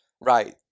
right